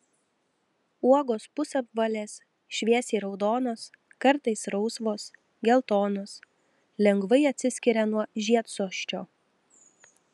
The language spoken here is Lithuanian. uogos pusapvalės šviesiai raudonos kartais rausvos geltonos lengvai atsiskiria nuo žiedsosčio